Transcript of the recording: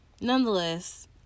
Nonetheless